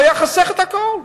היה חוסך את הכול.